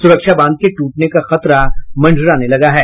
सुरक्षा बांध के टूटने का खतरा मंडराने लगा है